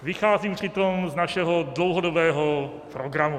Vycházím přitom z našeho dlouhodobého programu.